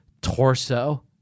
torso